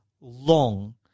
long